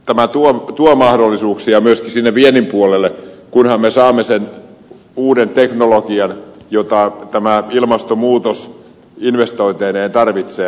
tämä tuo mahdollisuuksia myöskin sinne viennin puolelle kunhan me saamme sen uuden teknologian jota tämä ilmastonmuutos investointeineen tarvitsee